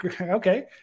okay